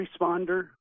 responder